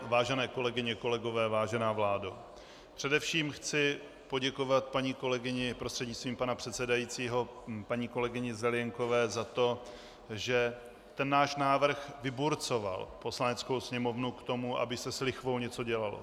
Vážené kolegyně, kolegové, vážená vládo, především chci poděkovat paní kolegyni prostřednictvím pana předsedajícího paní kolegyni Zelienkové za to, že ten náš návrh vyburcoval Poslaneckou sněmovnu k tomu, aby se s lichvou něco dělo.